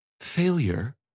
failure